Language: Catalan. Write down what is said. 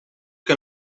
que